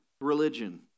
religion